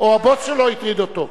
לא הטרידה,